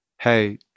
hey